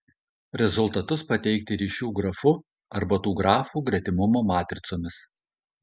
rezultatus pateikti ryšių grafu arba tų grafų gretimumo matricomis